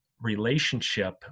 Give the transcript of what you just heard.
relationship